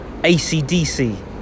ACDC